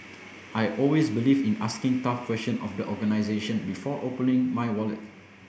I always believe in asking tough question of the organisation before opening my wallet